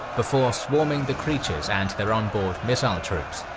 before swarming the creatures and their onboard missile troops.